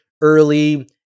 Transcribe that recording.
early